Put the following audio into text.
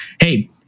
hey